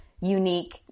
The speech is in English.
unique